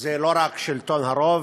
זה לא רק שלטון הרוב,